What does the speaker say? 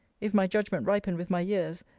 if my judgment ripen with my years,